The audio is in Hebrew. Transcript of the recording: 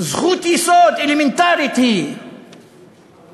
זכות יסוד אלמנטרית היא דיור,